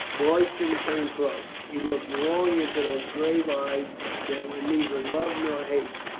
royston came close. he looked long into those grave eyes that wore neither love nor hate.